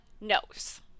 knows